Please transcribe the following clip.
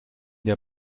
der